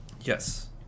yes